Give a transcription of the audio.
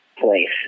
place